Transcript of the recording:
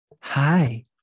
Hi